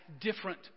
different